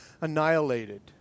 annihilated